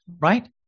right